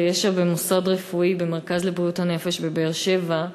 ישע במוסד רפואי במרכז לבריאות הנפש בבאר-שבע,